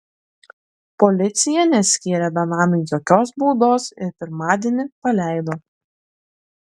policija neskyrė benamiui jokios baudos ir pirmadienį paleido